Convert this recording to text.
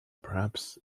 perhaps